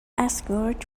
asgard